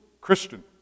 Christian